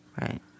Right